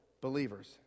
believers